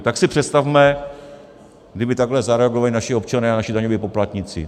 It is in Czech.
Tak si představme, kdyby takhle zareagovali naši občané a naši daňoví poplatníci.